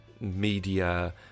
media